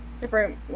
different